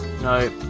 No